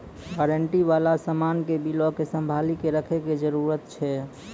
warranty बाला समान के बिलो के संभाली के रखै के जरूरत छै